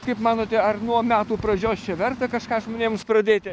kaip manote nuo metų pradžios čia verta kažką žmonėms pradėti